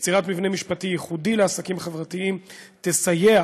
יצירת מבנה משפטי ייחודי לעסקים חברתיים תסייע